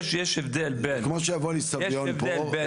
כמו שיבוא לי סביון פה.